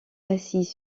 assis